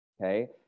okay